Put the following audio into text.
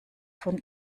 von